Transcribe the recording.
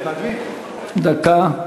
דקה.